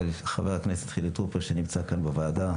אבל לפני כן חבר הכנסת חילי טרופר שנמצא כאן בוועדה,